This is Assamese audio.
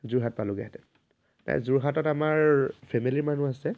যোৰহাট পালোঁগেহেঁতেন যোৰহাটত আমাৰ ফেমিলীৰ মানুহ আছে